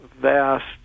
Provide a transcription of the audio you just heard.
vast